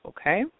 okay